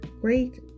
great